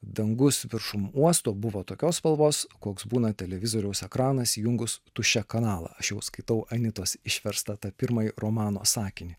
dangus viršum uosto buvo tokios spalvos koks būna televizoriaus ekranas įjungus tuščią kanalą aš jau skaitau anitos išverstą tą pirmąjį romano sakinį